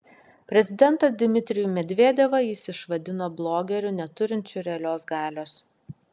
prezidentą dmitrijų medvedevą jis išvadino blogeriu neturinčiu realios galios